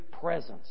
presence